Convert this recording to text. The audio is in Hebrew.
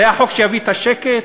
זה החוק שיביא את השקט,